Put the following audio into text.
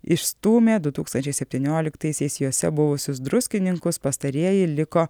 išstūmė du tūkstančiai septynioliktaisiais juose buvusius druskininkus pastarieji liko